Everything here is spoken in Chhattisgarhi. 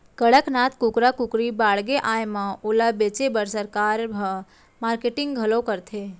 कड़कनाथ कुकरा कुकरी बाड़गे आए म ओला बेचे बर सरकार ह मारकेटिंग घलौ करथे